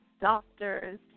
doctors